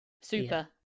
super